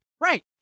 Right